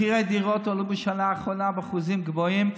מחירי הדירות עלו בשנה האחרונה באחוזים גבוהים,